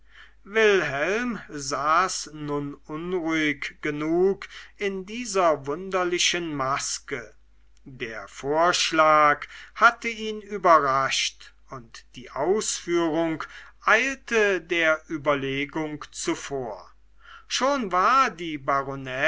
wilhelm saß nun unruhig genug in dieser wunderlichen maske der vorschlag hatte ihn überrascht und die ausführung eilte der überlegung zuvor schon war die